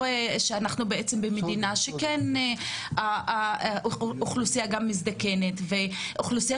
זאת שאנחנו בעצם במדינה שהאוכלוסייה בה מזדקנת והאוכלוסייה